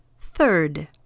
Third